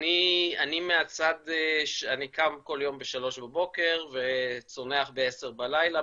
אני קם כל יום בשלוש בבוקר וצונח בעשר בלילה,